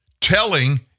telling